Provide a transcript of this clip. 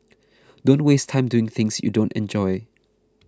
don't waste time doing things you don't enjoy